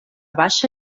baixa